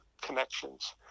connections